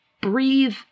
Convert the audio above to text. breathe